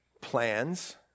plans